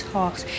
Talks